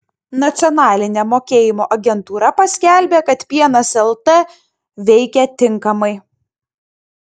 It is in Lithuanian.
nacionalinė mokėjimo agentūra paskelbė kad pienas lt veikia tinkamai